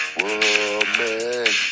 woman